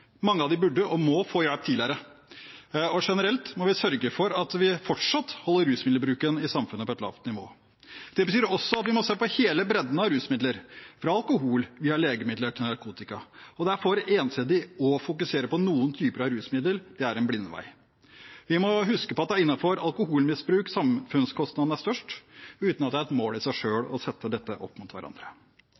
Mange av dem burde og må få hjelp tidligere. Generelt må vi sørge for at vi fortsatt holder rusmiddelbruken i samfunnet på et lavt nivå. Det betyr også at vi må se på hele bredden av rusmidler – fra alkohol, via legemidler til narkotika. Det er for ensidig å fokusere på noen typer rusmidler – det er en blindvei. Vi må huske på at det er innenfor alkoholmisbruk samfunnskostnadene er størst, uten at det er et mål i seg selv å sette dette opp mot hverandre.